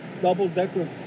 Double-decker